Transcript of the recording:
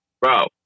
bro